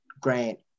grant